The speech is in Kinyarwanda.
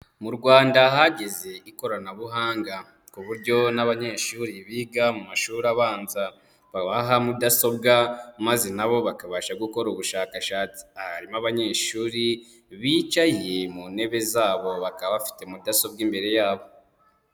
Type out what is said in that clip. Mu Rwanda hagize ikoranabuhanga ku buryo n'abanyeshuri biga mu mashuri abanza babaha mudasobwa maze nabo bakabasha gukora ubushakashatsi. Aha harimo abanyeshuri bicaye mu ntebe zabo bakaba bafite mudasobwa imbere yabo.